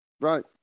Right